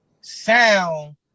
sound